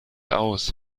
aus